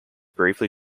briefly